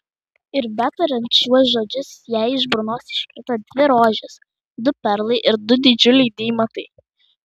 ir betariant šiuos žodžius jai iš burnos iškrito dvi rožės du perlai ir du didžiuliai deimantai